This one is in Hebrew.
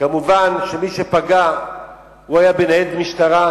מובן שמי שפגע היה בניידת משטרה,